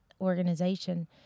organization